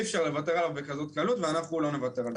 ואי אפשר לוותר עליו בכזאת קלות ואנחנו לא נוותר עליו.